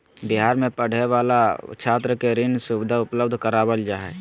बिहार में पढ़े वाला छात्र के ऋण सुविधा उपलब्ध करवाल जा हइ